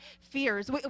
fears